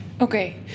Okay